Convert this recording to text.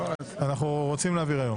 אנחנו רוצים להעביר היום.